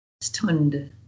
stunned